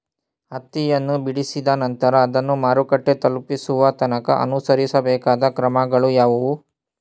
ಹತ್ತಿಯನ್ನು ಬಿಡಿಸಿದ ನಂತರ ಅದನ್ನು ಮಾರುಕಟ್ಟೆ ತಲುಪಿಸುವ ತನಕ ಅನುಸರಿಸಬೇಕಾದ ಕ್ರಮಗಳು ಯಾವುವು?